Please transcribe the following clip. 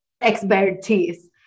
expertise